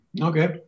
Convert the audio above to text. Okay